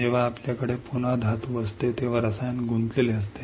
जेव्हा आपल्याकडे पुन्हा धातू असते तेव्हा रसायन गुंतलेले असते